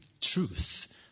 truth